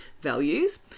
values